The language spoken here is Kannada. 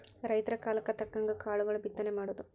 ರೈತರ ಕಾಲಕ್ಕ ತಕ್ಕಂಗ ಕಾಳುಗಳ ಬಿತ್ತನೆ ಮಾಡುದು